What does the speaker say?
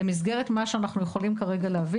במסגרת מה שאנחנו יכולים להביא כרגע,